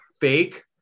fake